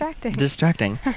Distracting